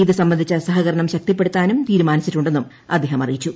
ഇത് സംബന്ധിച്ച സഹകരണം ശക്തിപ്പെടുത്താനും തീരുമാനിച്ചിട്ടുണ്ടെന്നും അദ്ദേഹം അറിയിച്ചു